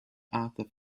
arthur